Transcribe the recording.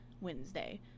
Wednesday